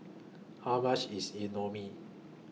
How much IS